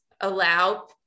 allow